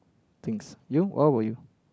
things you what about you